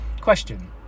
question